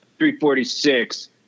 346